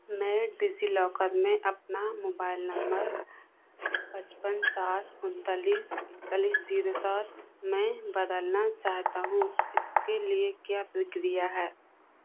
मैं डिजिलॉकर में अपना मोबाइल नंबल पचपन साठ उन्तालीस एकतालीस जीरो सात मैं बदलना चाहता हूँ इसके लिए क्या प्रक्रिया है